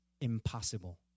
impossible